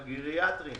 הגריאטריים,